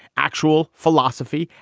actual philosophy,